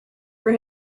for